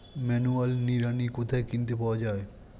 Manual নিড়ানি কোথায় কিনতে পাওয়া যায়?